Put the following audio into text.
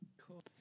Cool